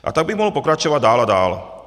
A tak bych mohl pokračovat dál a dál.